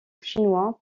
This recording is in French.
chinois